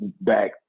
back